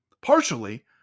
Partially